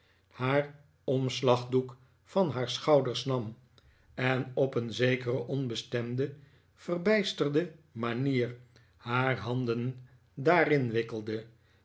haar omslagdoek van haar schouders nam en op een zekere onbestemde verbijsterde manier haar handen daarin wikkelde